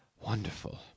Wonderful